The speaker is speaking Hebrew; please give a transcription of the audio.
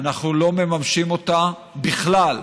שאנחנו לא מממשים אותה בכלל.